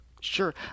Sure